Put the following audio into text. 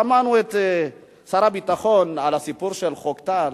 שמענו את שר הביטחון על הסיפור של חוק טל.